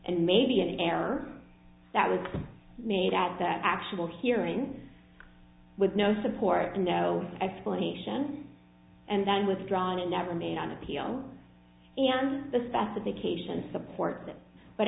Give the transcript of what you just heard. and maybe an error that was made at the actual hearing with no support and no explanation and then withdrawn and never made on appeal and the specifications support that but